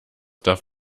darf